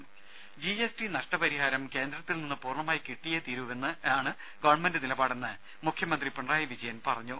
ദേദ G S T നഷ്ടപരിഹാരം കേന്ദ്രത്തിൽ നിന്ന് പൂർണമായി കിട്ടിയേ തീരൂവെന്നാണ് ഗവൺമെന്റ് നിലപാടെന്ന് മുഖ്യമന്ത്രി പിണറായി വിജയൻ പറഞ്ഞു